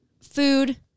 food